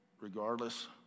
regardless